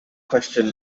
question